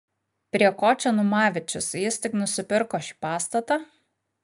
prie ko čia numavičius jis tik nusipirko šį pastatą